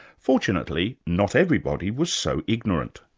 fortunately, not everybody was so ignorant.